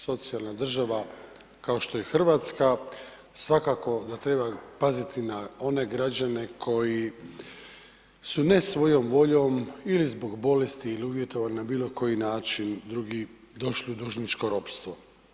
Socijalna država kao što je Hrvatska svakako da treba paziti na one građane koji su ne svojom boljom ili zbog bolesti ili uvjetovani na bilo koji način drugi došli u dužničko ropstvo.